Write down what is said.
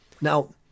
Now